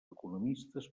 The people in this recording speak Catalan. economistes